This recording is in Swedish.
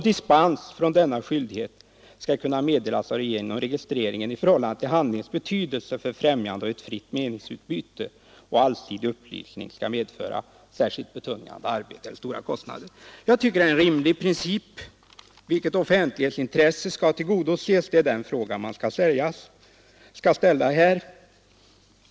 Dispens från denna skyldighet skall kunna meddelas av regeringen om registreringen i förhållande till ”handlingens betydelse för främjande av ett fritt meningsutbyte och allsidig upplysning” skulle medföra särskilt betungande arbete eller stora kostnader.” Jag tycker det är en rimlig princip att fråga vilket offentlighetsintresse som skall tillgodoses. Det är också den frågan man skall ställa här.